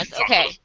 Okay